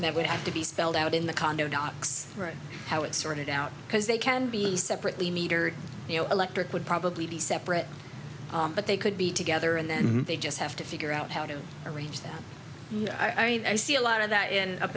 never would have to be spelled out in the condo docs right how it sorted out because they can be separately metered electric would probably be separate but they could be together and then they just have to figure out how to arrange that i mean i see a lot of that end up